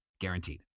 guaranteed